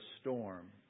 storm